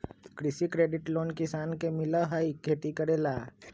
कृषि credit loan किसान के मिलहई खेती करेला?